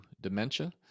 dementia